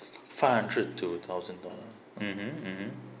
five hundred two thousand dollar mmhmm mmhmm